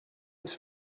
its